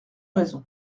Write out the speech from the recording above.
raisons